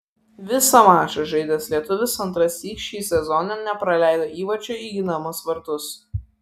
visą mačą žaidęs lietuvis antrąsyk šį sezoną nepraleido įvarčio į ginamus vartus